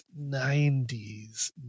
90s